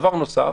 דבר נוסף,